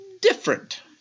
different